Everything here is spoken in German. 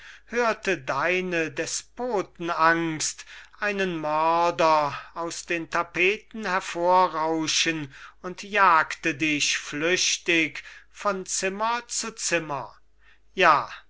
hörte deine despotenangst einen mörder aus den tapeten hervorrauschen und jagte dich flüchtig von zimmer zu zimmer ja